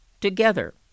together